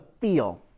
feel